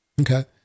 Okay